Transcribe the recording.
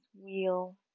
wheel